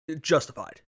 justified